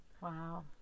Wow